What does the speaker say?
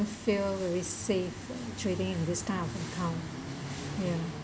feel very safe trading in this kind of account ya